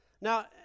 Now